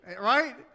right